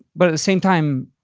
but at the same time,